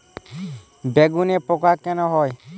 বেগুনে পোকা কেন হয়?